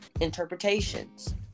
interpretations